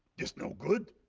this no good.